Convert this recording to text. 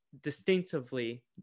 distinctively